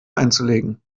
einzulegen